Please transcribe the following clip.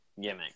gimmick